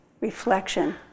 reflection